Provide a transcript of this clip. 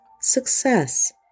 success